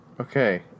okay